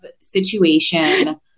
situation